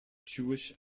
jewish